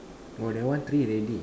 oh that one three already